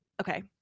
Okay